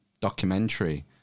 documentary